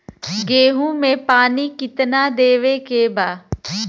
गेहूँ मे पानी कितनादेवे के बा?